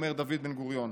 אומר דוד בן-גוריון.